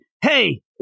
hey